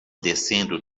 descendo